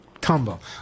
tumble